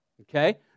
Okay